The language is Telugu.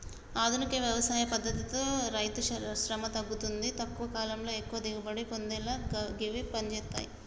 ఆధునిక వ్యవసాయ పద్దతితో రైతుశ్రమ తగ్గుతుంది తక్కువ కాలంలో ఎక్కువ దిగుబడి పొందేలా గివి పంజేత్తయ్